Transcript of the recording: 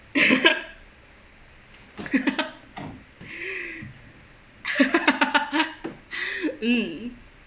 mm